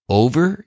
over